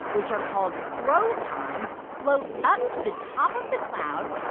which are called protons, float up to the top of the cloud,